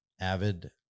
avid